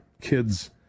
kids